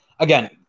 Again